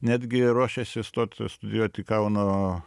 netgi ruošėsi stot studijuot į kauno